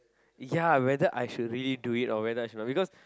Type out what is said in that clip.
ya whether I should redo it or whether I should because